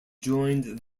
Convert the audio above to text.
joined